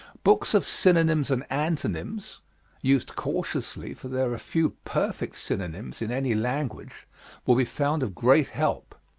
books of synonyms and antonyms used cautiously, for there are few perfect synonyms in any language will be found of great help.